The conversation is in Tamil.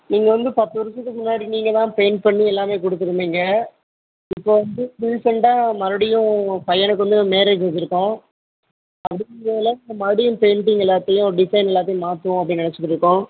நீங்கள் வந்து பத்து வருஷத்துக்கு முன்னாடி நீங்கள் தான் பெயிண்ட் பண்ணி எல்லாமே கொடுத்துருந்தீங்க இப்போ வந்து ரிசெண்டாக மறுபடியும் பையனுக்கு வந்து மேரேஜ் வச்சுருக்கோம் அதனால இப்போ மறுபடியும் பெயிண்ட்டிங் எல்லாத்தையும் டிசைன் எல்லாத்தையும் மாற்றுவோம் அப்படின்னு நினச்சிட்டுருக்கோம்